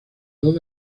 dos